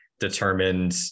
determined